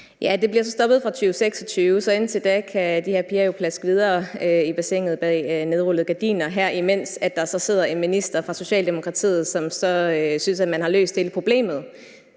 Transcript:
Det bliver stoppet fra 2026, så indtil da kan de her piger jo plaske videre i bassinet bag nedrullede gardiner, mens der her sidder en minister fra Socialdemokratiet, som synes, at man har løst hele problemet.